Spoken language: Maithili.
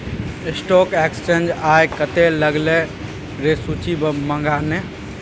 स्टॉक एक्सचेंज आय कते उगलै रै सूची मंगा ने